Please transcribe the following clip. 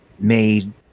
made